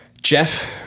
Jeff